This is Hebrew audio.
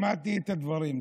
שמעתי את הדברים.